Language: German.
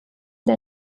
der